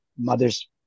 mother's